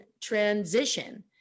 transition